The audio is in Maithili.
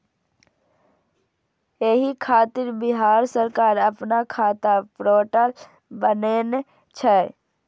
एहि खातिर बिहार सरकार अपना खाता पोर्टल बनेने छै